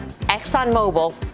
ExxonMobil